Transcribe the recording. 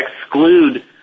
exclude